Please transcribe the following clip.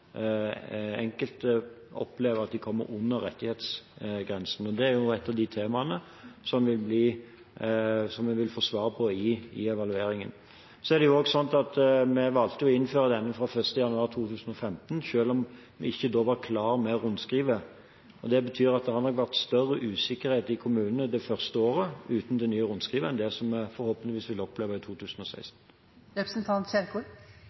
enkelte opplever at de kommer under rettighetsgrensen, men det er et av de temaene som vi vil få svar på i evalueringen. Så valgte vi å innføre dette fra 1. januar 2015, selv om vi ikke da var klar med rundskrivet. Det betyr at det har nok vært større usikkerhet i kommunene det første året, uten det nye rundskrivet, enn det vi forhåpentligvis vil oppleve i